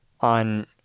on